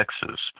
Texas